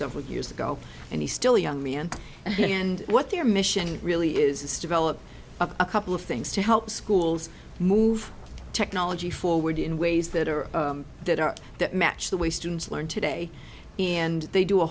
several years ago and he's still young man and what their mission really is is develop a couple of things to help schools move technology forward in ways that are that are that match the way students learn today and they do a